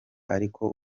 ariko